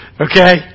Okay